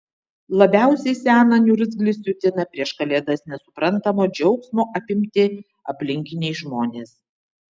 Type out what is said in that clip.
labiausiai seną niurzglį siutina prieš kalėdas nesuprantamo džiaugsmo apimti aplinkiniai žmonės